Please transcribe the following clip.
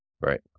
right